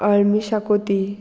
अळमी शाकोती